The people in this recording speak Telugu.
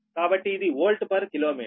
కాబట్టి ఇది వోల్ట్ పర్ కిలోమీటర్